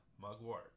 mugwort